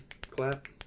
clap